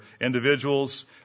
individuals